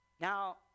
Now